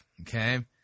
okay